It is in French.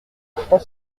trois